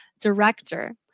director